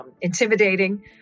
intimidating